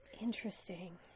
Interesting